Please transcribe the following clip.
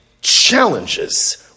challenges